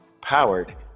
powered